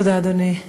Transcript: תודה, אדוני.